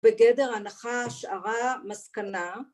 ‫בגדר הנחש הרע מסקנה.